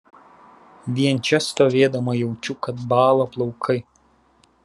vien čia stovėdama jaučiu kad bąla plaukai